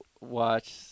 watch